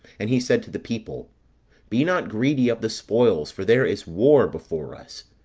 and he said to the people be not greedy of the spoils for there is war before us